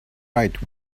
right